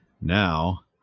now